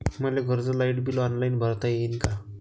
मले घरचं light bill online भरता येईन का?